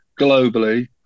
globally